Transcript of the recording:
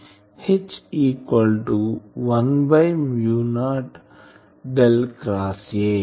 H equal to 1 by mu naught del cross A